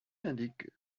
indique